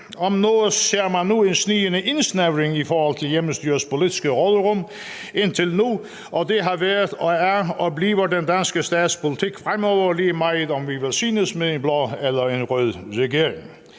Om noget ser man nu en snigende indsnævring i forhold til hjemmestyrets politiske råderum indtil nu, og det har været, er og forbliver den danske stats politik fremover, lige meget om vi velsignes med en blå eller en rød regering.